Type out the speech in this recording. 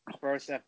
First